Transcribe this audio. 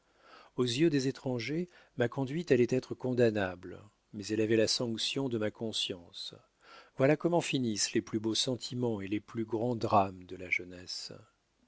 aux yeux des étrangers ma conduite allait être condamnable mais elle avait la sanction de ma conscience voilà comment finissent les plus beaux sentiments et les plus grands drames de la jeunesse